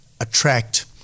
attract